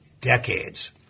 decades